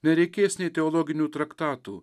nereikės nei teologinių traktatų